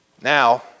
Now